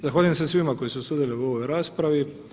Zahvaljujem se svima koji su sudjelovali u ovoj raspravi.